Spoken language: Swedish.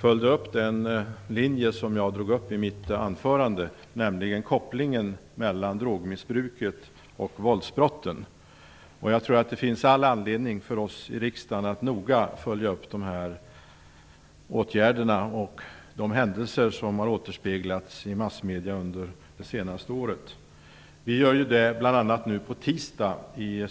följde upp den linje som jag drog upp i mitt anförande, nämligen kopplingen mellan drogmissbruket och våldsbrotten. Jag tror att det finns all anledning för oss i riksdagen att noga följa upp åtgärderna och de händelser som har återspeglats i massmedierna under det senaste året. Det gör vi bl.a. nu på tisdag kl.